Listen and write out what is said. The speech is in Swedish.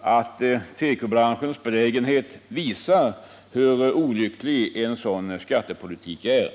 att tekobranschens belägenhet visar hur olycklig en sådan skattepolitik är.